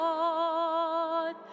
God